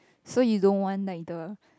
so you don't want nighter